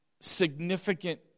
significant